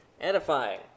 Edifying